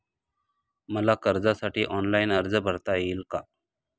मला कर्जासाठी ऑनलाइन अर्ज भरता येईल का?